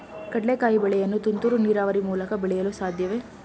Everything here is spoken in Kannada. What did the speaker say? ಕಡ್ಲೆಕಾಯಿ ಬೆಳೆಯನ್ನು ತುಂತುರು ನೀರಾವರಿ ಮೂಲಕ ಬೆಳೆಯಲು ಸಾಧ್ಯವೇ?